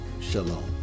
shalom